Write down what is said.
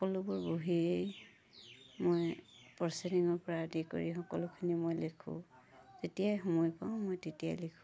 সকলোবোৰ বহীয়েই মই প্ৰচিডিঙৰ পৰা আদি কৰি সকলোখিনি মই লিখোঁ যেতিয়াই সময় পাওঁ মই তেতিয়াই লিখোঁ